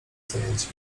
zajęci